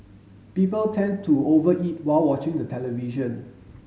people tend to over eat while watching the television